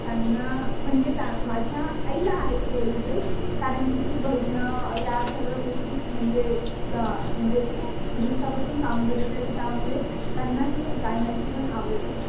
त्यांना म्हणजे तर माझ्या आईला आहे थोडी बहुत कारण की ती भजनं या सर्व गोष्टीत म्हणजे चं म्हणजे खूप दिवसापासून काम करत आहे तर त्यामुळे त्यांना ही गायनाची पण आवड आहे